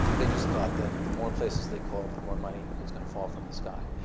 they just thought that the more places they called, the more money was going to fall from the sky.